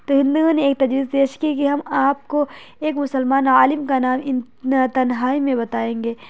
تو ہندوؤں نے تجویز پیش کی کہ ہم آپ کو ایک مسلمان عالم کا نام ان تنہائی میں بتائیں گے